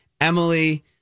Emily